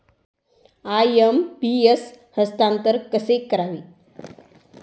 IMPS हस्तांतरण कसे करावे?